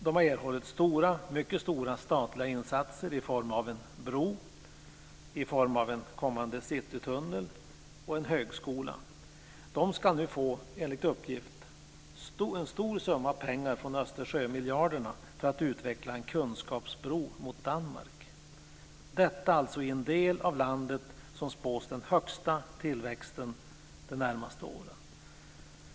Den har erhållit stora, mycket stora, statliga insatser i form av en bro, i form av en kommande citytunnel och i form av en högskola. Den ska nu enligt uppgift få en stor summa pengar från Östersjömiljarderna för att utveckla en kunskapsbro mot Danmark. Detta gör man alltså i den del av landet som spås den högsta tillväxten de närmaste åren.